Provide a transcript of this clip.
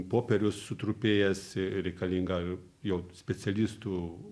popierius sutrupėjęs reikalinga jau specialistų